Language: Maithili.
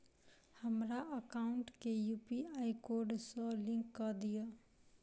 हमरा एकाउंट केँ यु.पी.आई कोड सअ लिंक कऽ दिऽ?